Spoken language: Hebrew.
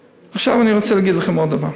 עכשיו, אני רוצה להגיד לכם עוד דבר: